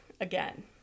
again